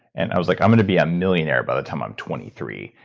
and i was like, i'm going to be a millionaire by the time i'm twenty three.